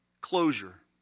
closure